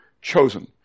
chosen